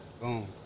boom